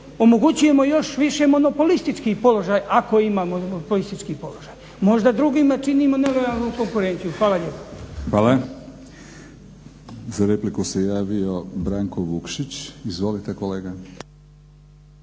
omogućujemo još više monopolistički položaj ako ima monopolistički položaj. Možda drugima činimo nelojalnu konkurenciju. Hvala lijepo. **Batinić, Milorad (HNS)** Hvala. Za repliku se javio Branko Vukšić. Izvolite kolega.